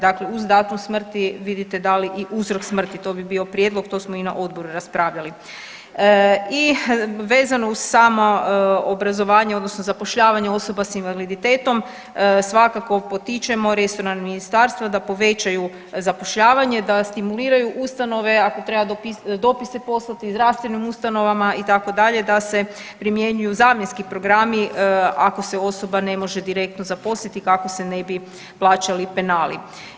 Dakle, uz datum smrti vidite da li i uzrok smrti, to bi bio prijedlog, to smo i na odboru raspravljali i vezano uz samo obrazovanje odnosno zapošljavanje osoba s invaliditetom, svakako potičemo resorna ministarstva da povećaju zapošljavanje, da stimuliraju ustanove, ako treba dopise poslati, zdravstvenim ustanovama, itd., da se primjenjuju zamjenski programi, ako se osoba ne može direktno zaposliti, kako se ne bi plaćali penali.